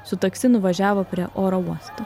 su taksi nuvažiavo prie oro uosto